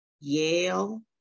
Yale